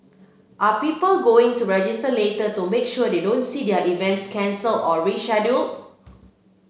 are people going to register later to make sure they don't see their events cancelled or rescheduled